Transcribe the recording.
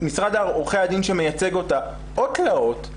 משרד עורכי הדין שמייצג אותה עוד תלאות,